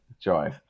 joy